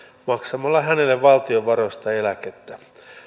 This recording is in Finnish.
maksamalla hänelle valtion varoista eläkettä